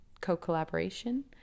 co-collaboration